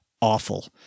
awful